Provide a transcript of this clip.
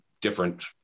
different